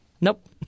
Nope